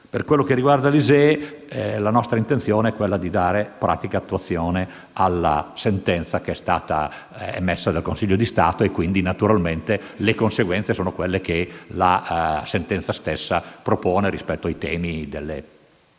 Per quanto riguarda l'ISEE, la nostra intenzione è dare pratica attuazione alla sentenza emessa dal Consiglio di Stato. Naturalmente, le conseguenze sono quelle che la sentenza stessa propone rispetto al tema delle